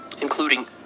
Including